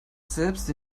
selbst